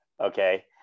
Okay